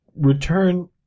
return